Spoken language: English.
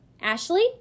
Ashley